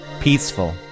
peaceful